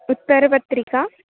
उत्तरपत्रिका